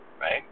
right